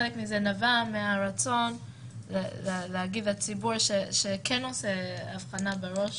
חלק מזה נבע מהרצון להגיד לציבור שכן עושה הבחנה בראש